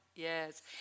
Yes